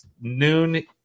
noon